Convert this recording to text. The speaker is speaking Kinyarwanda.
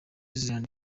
zealand